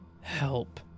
Help